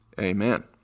Amen